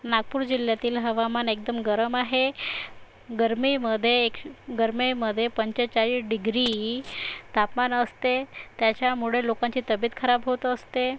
नागपूर जिल्ह्यातील हवामान एकदम गरम आहे गरमीमध्ये गरमीमध्ये पंचेचाळीस डिग्री तापमान असते त्याच्यामुळे लोकांची तब्येत खराब होत असते